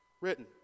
written